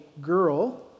girl